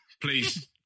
Please